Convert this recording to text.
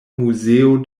muzeo